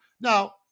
Now